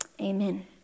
Amen